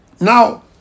Now